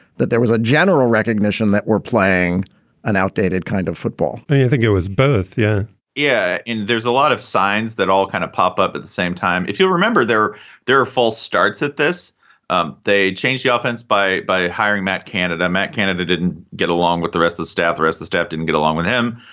that there was a general recognition that we're playing an outdated kind of football? i and yeah think it was both. yeah yeah. and there's a lot of signs that all kind of pop up at the same time, if you'll remember there there are false starts at this um they changed the offense by by hiring that candidate. that candidate didn't get along with the rest of staff. the rest the staff didn't get along with him.